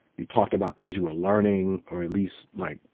you talked about things you were learning or at least, like,